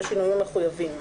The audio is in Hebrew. בשינויים המחויבים,